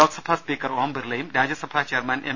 Lok Sabha speaker Om ബിർളയും Rajya Sabha chairman M